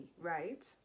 right